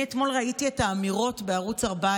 אני אתמול ראיתי את האמירות בערוץ 14,